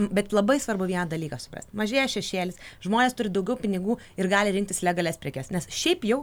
bet labai svarbu vieną dalyką suprast mažėja šešėlis žmonės turi daugiau pinigų ir gali rinktis legalias prekes nes šiaip jau